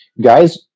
guys